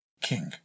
King